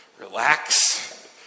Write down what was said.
Relax